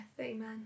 Amen